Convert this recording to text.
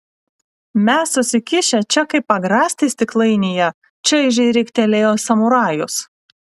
mes susikišę čia kaip agrastai stiklainyje čaižiai riktelėjo samurajus